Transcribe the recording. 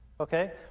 okay